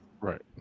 Right